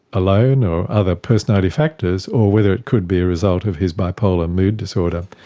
alone or other personality factors, or whether it could be a result of his bipolar mood disorder.